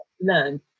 learn